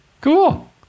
Cool